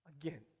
again